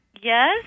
Yes